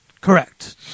Correct